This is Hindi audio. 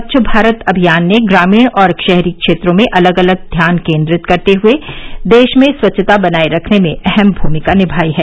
स्वच्छ भारत अमियान ने ग्रामीण और शहरी क्षेत्रों में अलग अलग ध्यान केंद्रित करते हुए देश में स्वच्छता बनाए रखने में अहम भूमिका निभाई है